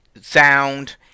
sound